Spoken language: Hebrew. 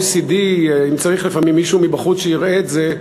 אם צריך לפעמים שמישהו מבחוץ יראה את זה,